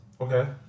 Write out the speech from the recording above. okay